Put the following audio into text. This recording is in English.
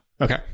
Okay